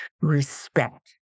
respect